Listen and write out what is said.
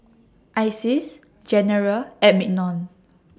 Isis General and Mignon